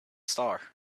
star